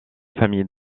famille